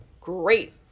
great